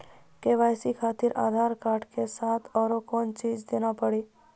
KYC खातिर आधार के साथ औरों कोई चीज देना पड़ी?